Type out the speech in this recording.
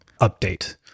update